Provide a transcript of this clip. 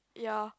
ya